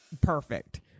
Perfect